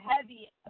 heavy